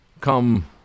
come